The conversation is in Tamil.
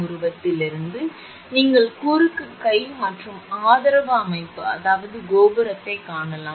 உருவத்திலிருந்து நீங்கள் குறுக்கு கை மற்றும் ஆதரவு அமைப்பு அதாவது கோபுரத்தைக் காணலாம்